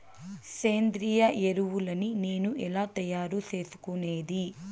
సేంద్రియ ఎరువులని నేను ఎలా తయారు చేసుకునేది?